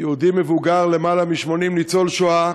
יהודי מבוגר בן למעלה מ-80, ניצול שואה,